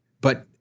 But-